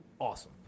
awesome